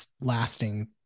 lasting